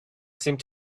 seemed